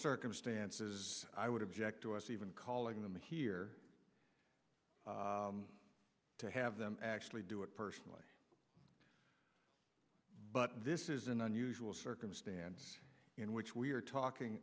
circumstances i would object to us even calling them here to have them actually do it personally but this is an unusual circumstance in which we are talking